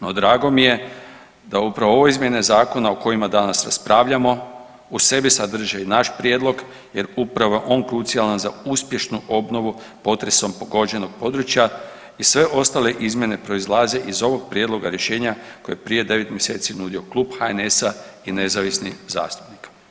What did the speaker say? No, drago mi da upravo ove izmjene zakona o kojima danas raspravljamo u sebi sadrže i naš prijedlog jer upravo je on krucijalan za uspješnu obnovu potresom pogođenog područja i sve ostale izmjene proizlaze iz ovog prijedloga rješenja kojeg je prije 9 mjeseci nudio Klub HNS-a i nezavisnih zastupnika.